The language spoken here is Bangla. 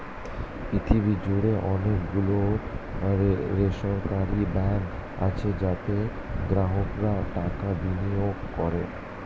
পৃথিবী জুড়ে অনেক গুলো বেসরকারি ব্যাঙ্ক আছে যাতে গ্রাহকরা টাকা বিনিয়োগ করে